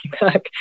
back